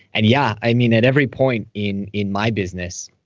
and yeah. i mean, at every point in in my business,